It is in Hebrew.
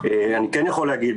אני כן יכול להגיד,